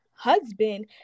husband